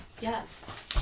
Yes